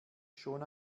schon